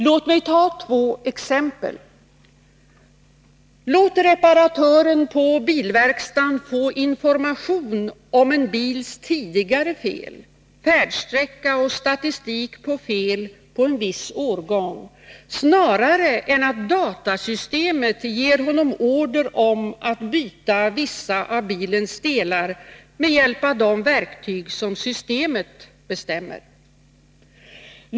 Låt mig ta två exempel: Låt reparatören på bilverkstaden få information om en bils tidigare fel och dess färdsträcka samt statistik på fel på en viss årgång snarare än att datasystemet ger honom order om att byta vissa av bilens delar, med hjälp av de verktyg som systemet bestämmer.